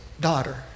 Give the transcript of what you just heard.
daughter